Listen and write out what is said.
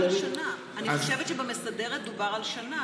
אני חושבת שבמסדרת דובר על שנה,